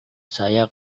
saya